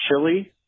chili